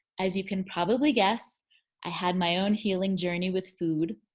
as you can probably guess i had my own healing journey with food.